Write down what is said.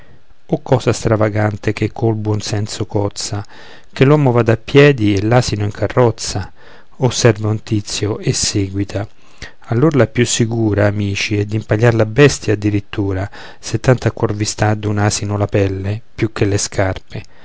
o cosa stravagante che col buon senso cozza che l'uomo vada a piedi e l'asino in carrozza osserva un tizio e seguita allor la più sicura amici è d'impagliare la bestia addirittura se tanto a cuor vi sta d'un asino la pelle più che le scarpe